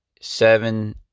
seven